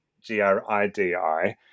G-R-I-D-I